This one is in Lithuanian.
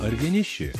ar vieniši